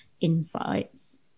insights